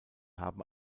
haben